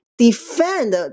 Defend